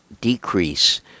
decrease